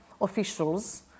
officials